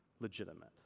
legitimate